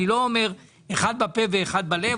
אני לא אומר אחד בפה ואחד בלב,